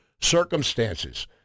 circumstances